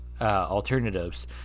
Alternatives